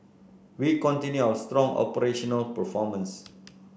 we continue our strong operational performance